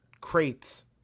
crates